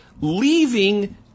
Leaving